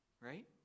right